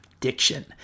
diction